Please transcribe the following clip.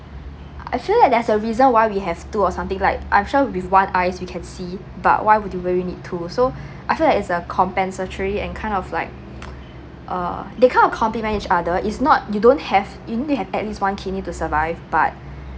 I feel that there's a reason why we have two or something like I'm sure with one eye we can see but why would you really need two so I feel that's a compensatory and kind of like uh they kind of complement each other it's not you don't have you need to have at least one kidney to survive but